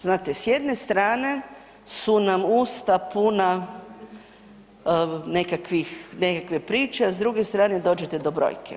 Znate, s jedne strane su nam usta puna nekakvih, nekakve priče, a s druge strane dođete do brojke.